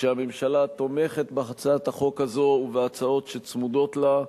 שהממשלה תומכת בהצעת החוק הזו ובהצעות שצמודות לה,